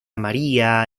maria